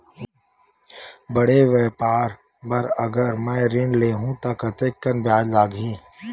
बड़े व्यापार बर अगर मैं ऋण ले हू त कतेकन ब्याज लगही?